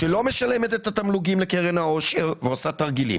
שלא משלמת את התגמולים לקרן העושר ועושה תרגילים,